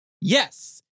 Yes